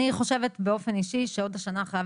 אני חושבת שאופן אישי שעוד השנה חייב